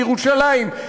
בירושלים,